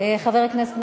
חוץ וביטחון.